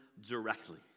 directly